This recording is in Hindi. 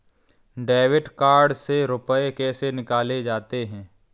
डेबिट कार्ड से रुपये कैसे निकाले जाते हैं?